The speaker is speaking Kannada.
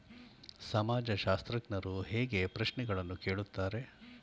ಸಮಾಜಶಾಸ್ತ್ರಜ್ಞರು ಹೇಗೆ ಪ್ರಶ್ನೆಗಳನ್ನು ಕೇಳುತ್ತಾರೆ?